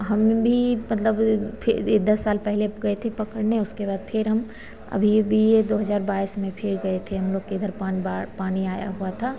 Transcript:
हम हम भी मतलब फिर यह दस साल पहले अब गए थे पकड़ने उसके बाद फिर हम अभी भी यह दो हज़ार बाइस में फिर गए थे हम लोग के इघर पान बाढ़ पानी आई हुई थी